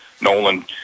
Nolan